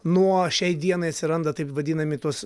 nuo šiai dienai atsiranda taip vadinami tos